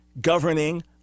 governing